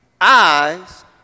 eyes